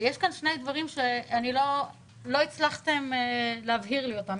יש כאן שני דברים שלא הצלחתם להבהיר לי אותם.